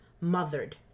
mothered